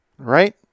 right